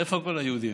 איפה כל היהודים?